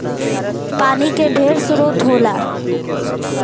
पानी के ढेरे स्रोत होला